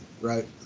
right